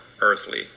earthly